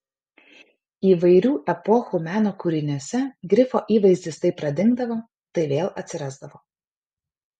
įvairių epochų meno kūriniuose grifo įvaizdis tai pradingdavo tai vėl atsirasdavo